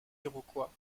iroquois